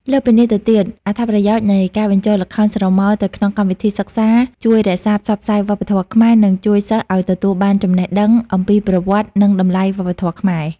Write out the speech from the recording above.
លើសពីនេះទៅទៀត អត្ថប្រយោជន៍នៃការបញ្ចូលល្ខោនស្រមោលទៅក្នុងកម្មវិធីសិក្សាជួយរក្សា ផ្សព្វផ្សាយវប្បធម៌ខ្មែរ និងជួយសិស្សឱ្យទទួលបានចំណេះដឹង អំពីប្រវត្តិ និងតម្លៃវប្បធម៌ខ្មែរ។